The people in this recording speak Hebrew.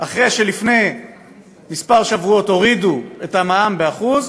אחרי שלפני כמה שבועות הורידו את המע"מ ב-1%,